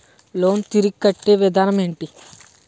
Loan తిరిగి కట్టే విధానం ఎంటి?